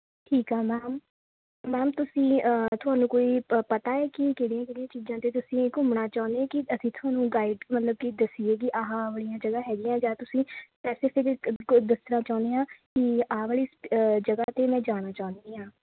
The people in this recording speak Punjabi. ਠੀਕ ਆ ਮੈਮ ਮੈਮ ਤੁਸੀਂ ਤੁਹਾਨੂੰ ਕੋਈ ਪਤਾ ਆ ਕੀ ਕਿਹੜੀਆਂ ਕਿਹੜੀਆਂ ਚੀਜ਼ਾਂ 'ਤੇ ਤੁਸੀਂ ਘੁੰਮਣਾ ਚਾਹੁੰਦੇ ਹੋ ਕਿ ਅਸੀਂ ਤੁਹਾਨੂੰ ਗਾਈਡ ਮਤਲਬ ਕਿ ਦੱਸੀਏ ਕਿ ਆਹ ਵਾਲੀਆਂ ਜਗ੍ਹਾ ਹੈਗੀਆਂ ਜਾਂ ਤੁਸੀਂ ਸਪੈਸੀਫਿਕ ਕ ਕੋਈ ਦੱਸਣਾ ਚਾਹੁੰਦੇ ਆ ਕਿ ਆਹ ਵਾਲੀ ਜਗ੍ਹਾ 'ਤੇ ਮੈਂ ਜਾਣਾ ਚਾਹੁੰਦੀ ਹਾਂ